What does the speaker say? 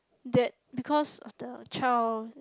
that because of the child